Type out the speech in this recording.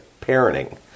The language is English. parenting